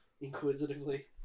inquisitively